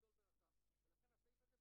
הכנות אלה יהיו גם ליום שלאחר סיום מצבים אלה,